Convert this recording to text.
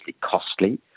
costly